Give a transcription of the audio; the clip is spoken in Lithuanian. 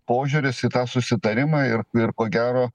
požiūris į tą susitarimą ir ir ko gero